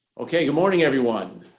okay, good morning everyone.